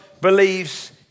believes